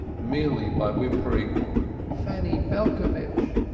merely by whimpering fanny belcovitch,